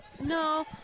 No